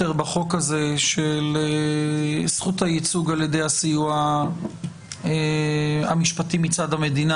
בחוק הזה של זכות הייצוג על ידי הסיוע המשפטי מצד המדינה.